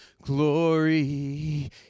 glory